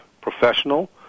professional